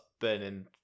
burning